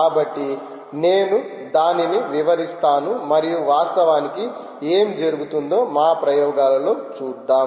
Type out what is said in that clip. కాబట్టి నేను దానిని వివరిస్తాను మరియు వాస్తవానికి ఏం జరుగుతుందో మా ప్రయోగాలలో చూద్దాం